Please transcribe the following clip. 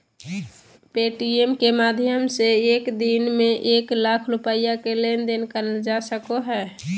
Paytm के माध्यम से एक दिन में एक लाख रुपया के लेन देन करल जा सको हय